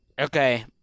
Okay